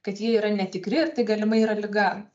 kad jie yra netikri ir tai galimai yra liga